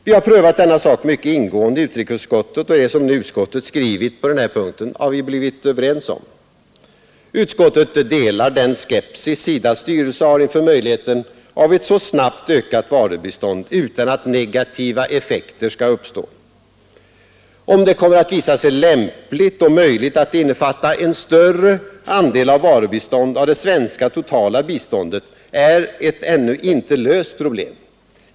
Vi har prövat denna sak mycket ingående i utrikesutskottet, och det som utskottet nu skrivit på denna punkt har vi blivit överens om. Utskottet delar den skepsis SIDA :s styrelse har inför möjligheten av att så snabbt öka varubiståndet utan att negativa effekter skall uppstå. Om det kommer att visa sig lämpligt och möjligt att innefatta en större andel av varubistånd i det totala svenska biståndet är ett ännu inte löst problem.